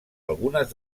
algunes